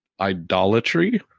idolatry